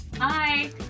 Hi